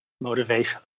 motivation